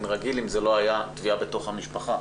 רגיל אם זה לא היה תביעה בתוך המשפחה.